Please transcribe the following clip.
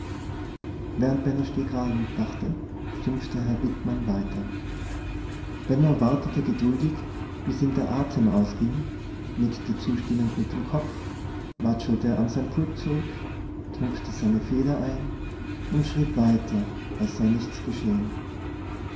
während benno stehkragen dachte schimpfte herr wittmann weiter benno wartete geduldig bis ihm der atem ausging nickte zustimmend mit dem kopf watschelte an sein pult zurück tunkte seine feder ein und schrieb weiter als sei nichts geschehen